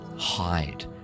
hide